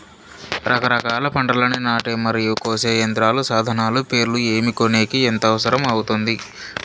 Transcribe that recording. రకరకాల పంటలని నాటే మరియు కోసే యంత్రాలు, సాధనాలు పేర్లు ఏమి, కొనేకి ఎంత అవసరం అవుతుంది?